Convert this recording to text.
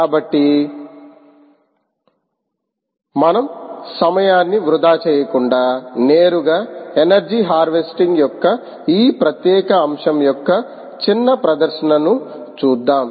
కాబట్టి మనం సమయాన్ని వృథా చేయకుండా నేరుగా ఎనర్జీ హార్వెస్టింగ్ యొక్క ఈ ప్రత్యేక అంశం యొక్క చిన్న ప్రదర్శనను చూద్దాం